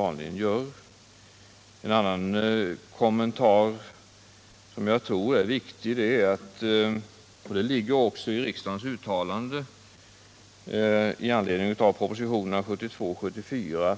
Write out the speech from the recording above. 14 november 1977 En annan kommentar som jag vill göra är att det är mycket viktigt NE — det ligger också i riksdagens uttalande med anledning av propositionerna Om provningen av år 1972 och 1974